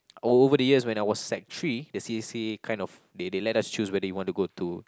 oh over the years when I was Sec Three the c_c_a kind of they they let us choose whether you want to go to